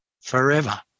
Forever